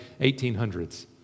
1800s